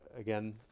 Again